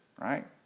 right